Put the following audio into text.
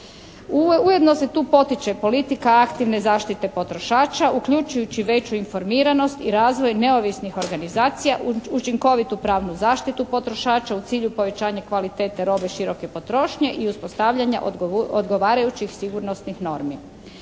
Ujedno se tu potiče politika aktivne zaštite potrošača, uključujući veću informiranost i razvoj neovisnih organizacija, učinkovitu pravnu zaštitu potrošača u cilju povećanja kvalitete robe široke potrošnje i uspostavljanja odgovarajućih sigurnosnih normi.